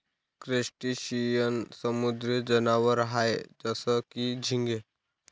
crustacean समुद्री जनावर आहे जसं की, झिंगे